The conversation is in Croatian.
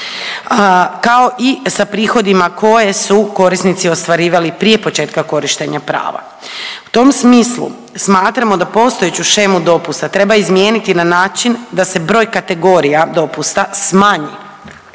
kao i sa prihodima koje su korisnici ostvarivali prije početka korištenja prava. U tom smislu smatramo da postojeću shemu dopusta treba izmijeniti na način da se broj kategorija dopusta smanji